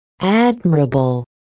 Admirable